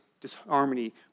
disharmony